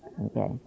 Okay